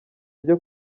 byo